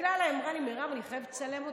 הסתכלה עליי, אמרה לי: מירב, אני חייבת לצלם אותך.